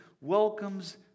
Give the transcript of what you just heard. welcomes